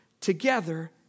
Together